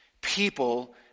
people